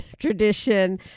tradition